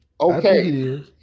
Okay